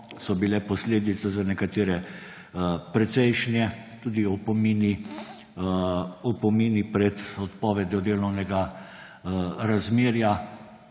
so bile posledice za nekatere precejšnje, tudi opomini pred odpovedjo delovnega razmerja